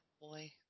boy